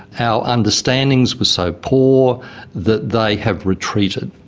our understandings were so poor that they have retreated.